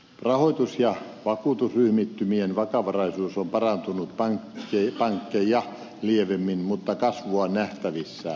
rahoitus ja vakuutusryhmittymien vakavaraisuus on parantunut pankkeja lievemmin mutta kasvua on nähtävissä